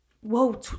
Whoa